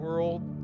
world